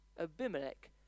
Abimelech